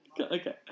Okay